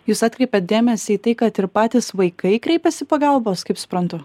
jūs atkreipėt dėmesį į tai kad ir patys vaikai kreipiasi pagalbos kaip suprantu